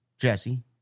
Jesse